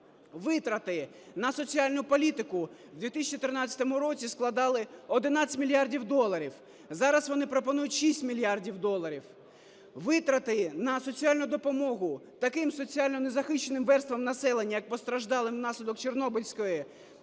Витрати на соціальну політику в 2013 році складали 11 мільярдів доларів, зараз вони пропонують 6 мільярдів доларів. Витрати на соціальну допомогу таким соціально незахищеним верствам населення, як постраждалим внаслідок Чорнобильської катастрофи,